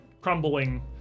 crumbling